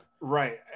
Right